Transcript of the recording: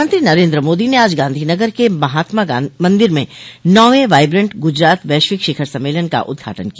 प्रधानमंत्री नरेन्द्र मोदी ने आज गांधीनगर के महात्मा मंदिर में नौवें वाइब्रेंट गुजरात वैश्वि शिखर सम्मेलन का उद्घाटन किया